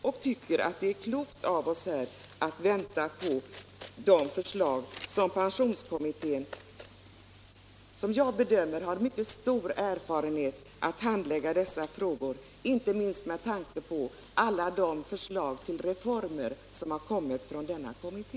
Jag tycker att det är klokt att vänta på förslagen från pensionskommittén vilken, som jag bedömer det, har mycket stor erfarenhet av att handlägga dessa frågor, inte minst med tanke på alla de förslag till reformer som har kommit från denna kommitté.